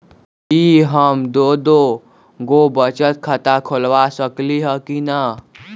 कि हम दो दो गो बचत खाता खोलबा सकली ह की न?